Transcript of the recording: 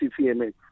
CCMA